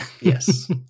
Yes